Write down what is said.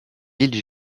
îles